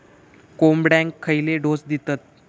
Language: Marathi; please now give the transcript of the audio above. कोंबड्यांक खयले डोस दितत?